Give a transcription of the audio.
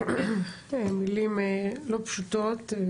מילים לא פשוטות.